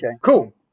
cool